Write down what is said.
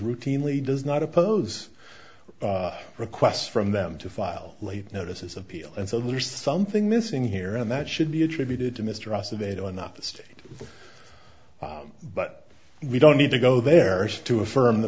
routinely does not oppose requests from them to file late notices appeal and so there's something missing here and that should be attributed to mr ross of ada and not the state but we don't need to go there to affirm the